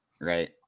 right